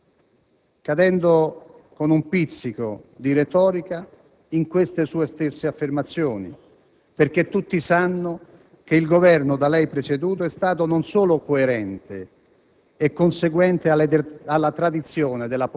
alle nostre priorità di politica estera, cadendo, con un pizzico di retorica, in queste sue stesse affermazioni. Tutti sanno, infatti, che il Governo da lei presieduto è stato non solo coerente